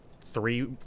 three